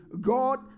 god